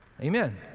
Amen